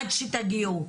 עד שתגיעו.